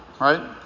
right